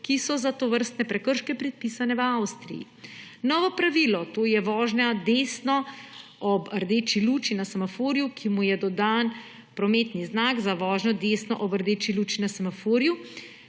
ki so za tovrstne prekrške predpisane v Avstriji. Novo pravilo, to je vožnja desno ob rdeči luči na semaforju, ki mu je dodan prometni znak za vožnjo desno ob rdeči luči ob semaforju,